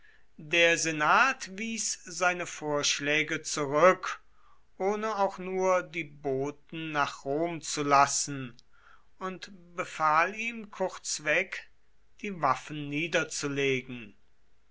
der senat wies seine vorschläge zurück ohne auch nur die boten nach rom zu lassen und befahl ihm kurzweg die waffen niederzulegen